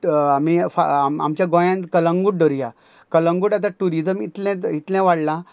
आम आमी आमच्या गोंयान कळंगूट धरया कळंगूट आतां ट्युरिजम इतलें इतलें वाडलां